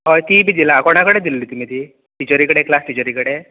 हय ती बी दिला कोणा कडेन दिल्ली तुमी ती टिचरी कडेन क्लास टिचरी कडेन